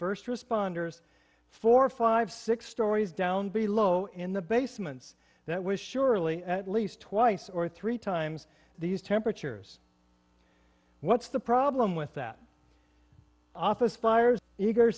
first responders four five six stories down below in the basements that was surely at least twice or three times these temperatures what's the problem with that office fires eag